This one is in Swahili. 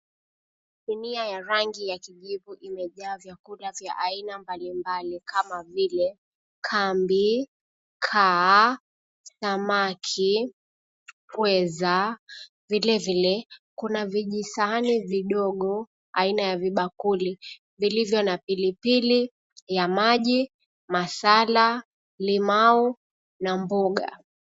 Sinia ya rangi ya kijivu imejaa vyakula vya aina mbali mbali, kama vile kambi, kaa, samaki, pweza, vile vile kuna vijisahani vidogo, aina ya vibakuli vilivyo na pilipili ya maji, masala, limau na mboga.